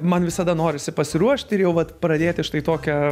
man visada norisi pasiruošti ir jau vat pradėti štai tokią